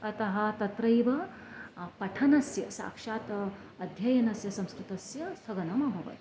अतः तत्रैव पठनस्य साक्षात् अध्ययनस्य संस्कृतस्य स्थगनमभवत्